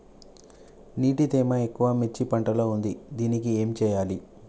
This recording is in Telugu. నీటి తేమ ఎక్కువ మిర్చి పంట లో ఉంది దీనికి ఏం చేయాలి?